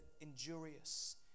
injurious